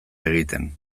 egiten